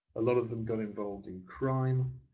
a lot of them got involved in crime